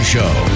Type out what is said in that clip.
Show